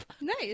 Nice